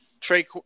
Trey